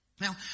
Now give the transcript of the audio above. Now